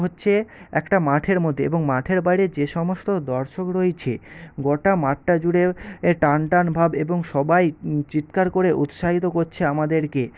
হচ্ছে একটা মাঠের মধ্যে এবং মাঠের বাইরে যে সমস্ত দর্শক রয়েছে গোটা মাঠটা জুড়েও এ টানটানভাব এবং সবাই চিৎকার করে উৎসাহিত করছে আমাদেরকে